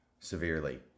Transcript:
severely